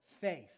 faith